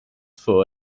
for